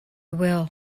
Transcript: will